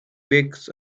wakes